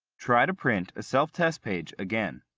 try to print a self-test page again.